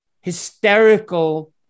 hysterical